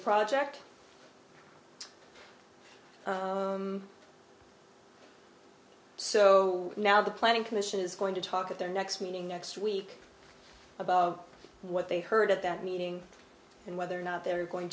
project so now the planning commission is going to talk at their next meeting next week about what they heard at that meeting and whether or not they're going